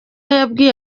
yabwiye